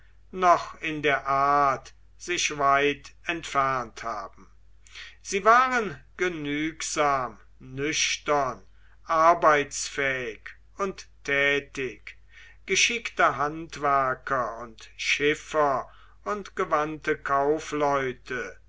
noch in der art sich weit entfernt haben sie waren genügsam nüchtern arbeitsfähig und tätig geschickte handwerker und schiffer und gewandte kaufleute